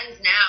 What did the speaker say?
now